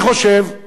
אני חושב,